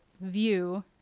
view